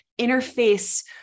interface